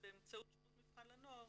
ובאמצעות שירות המבחן לנוער